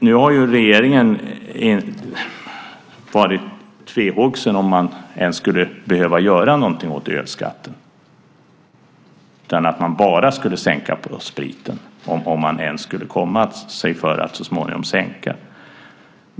Nu har regeringen varit tvehågsen om man ens skulle behöva göra någonting åt ölskatten utan bara skulle behöva sänka skatten på sprit, om man ens skulle komma sig för att så småningom sänka skatten.